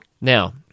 now